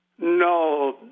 no